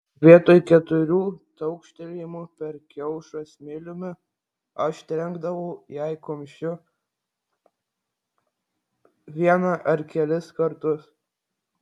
vietoj keturių taukštelėjimų per kiaušą smiliumi aš trenkdavau jai kumščiu vieną ar kelis kartus